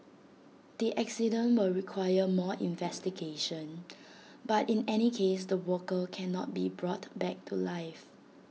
the accident will require more investigation but in any case the worker cannot be brought back to life